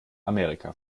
amerika